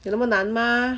有那么难吗